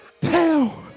tell